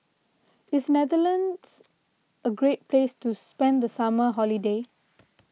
is Netherlands a great place to spend the summer holiday